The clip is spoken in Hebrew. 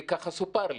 ככה סופר לי,